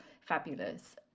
fabulous